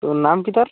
তো নাম কি তার